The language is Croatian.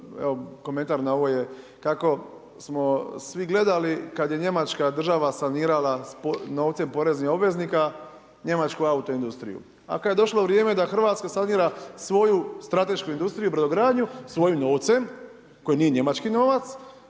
evo komentar na ovo je kako smo svi gledali kad je Njemačka država sanirala novcem poreznih obveznika Njemačku auto industriju, a kad je došlo vrijeme da Hrvatska sanira svoju stratešku industriju i brodogradnju svojim novcem, koji nije njemački novac,